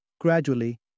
Gradually